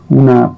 una